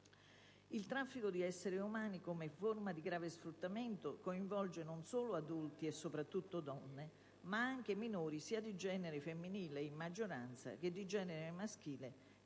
Il traffico di esseri umani come forma di grave sfruttamento coinvolge non solo adulti, soprattutto donne, ma anche minori, sia di genere femminile (in maggioranza) che di genere maschile,